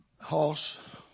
Hoss